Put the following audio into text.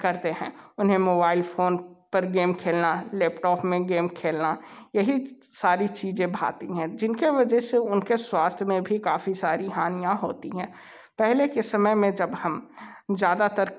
करते हैं उन्हें मोबाइल फोन पर गेम खेलना लैपटॉप में गेम खेलना यही सारी चीज़ें भाती हैं जिनके वजह से उनके स्वास्थ्य में भी काफ़ी सारी हानियाँ होती हैं पहले के समय में जब हम ज़्यादातर